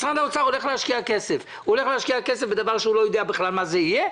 משרד האוצר הולך להשקיע כסף בדבר שהוא לא יודע בכלל מה יהיה,